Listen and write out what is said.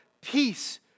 peace